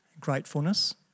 gratefulness